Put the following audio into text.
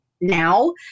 now